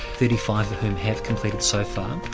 thirty five of whom have completed so far,